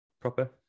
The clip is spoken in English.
proper